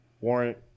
warrant